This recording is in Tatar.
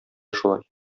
шулай